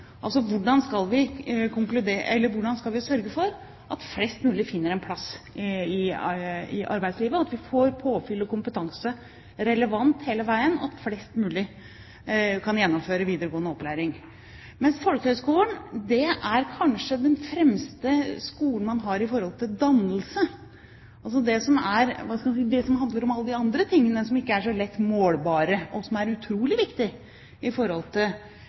altså hvordan vi skal sørge for at flest mulig finner en plass i arbeidslivet, at vi får relevant påfyll og kompetanse hele veien, og at flest mulig kan gjennomføre videregående opplæring. Men folkehøyskolen er kanskje den fremste skolen man har når det gjelder dannelse – det som handler om alle de andre tingene som ikke er så lett målbare, men som er utrolig viktige for kunnskap og utdanning, og som kanskje har noen andre dimensjoner inne. Men det